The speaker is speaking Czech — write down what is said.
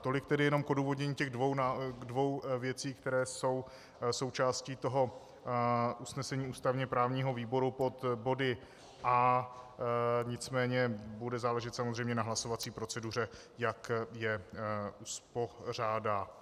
Tolik tedy jenom k odůvodnění těch dvou věcí, které jsou součástí toho usnesení ústavněprávního výboru pod body A, nicméně bude záležet samozřejmě na hlasovací proceduře, jak je uspořádá.